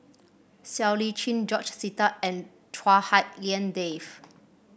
Siow Lee Chin George Sita and Chua Hak Lien Dave